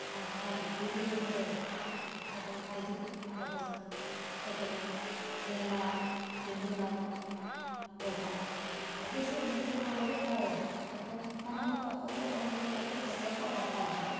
ᱦᱟᱢᱟᱨᱟ ᱞᱩᱴᱤ ᱞᱤᱵᱳᱭ ᱛᱚ ᱚᱱᱠᱟ ᱫᱚ ᱵᱟᱭ ᱡᱩᱛᱩᱜ ᱠᱟᱱ ᱛᱟᱵᱚᱱᱟ ᱡᱚᱛᱚ ᱠᱚᱵᱚᱱ ᱧᱮᱞᱟ ᱛᱤᱸᱜᱩᱱᱟᱵᱚᱱ ᱟᱵᱚᱦᱚᱸ ᱛᱚᱵᱮ ᱥᱮ ᱩᱱᱠᱩ ᱫᱚᱵᱚ ᱨᱮᱡ ᱫᱟᱲᱮᱭᱟ ᱠᱚᱣᱟ ᱟᱨ ᱵᱟᱝᱠᱷᱟᱱ ᱥᱟᱱᱟᱢ ᱛᱚ ᱟᱠᱚᱠᱚ ᱚᱞᱼᱵᱮᱞ ᱠᱟᱛᱮ ᱡᱚᱛᱚ ᱠᱚ ᱦᱟᱛᱟᱣ ᱡᱚᱱᱚᱜᱼᱟ